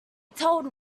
told